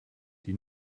die